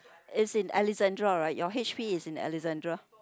it's in Alexandra right your H_P is in Alexandra